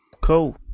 cool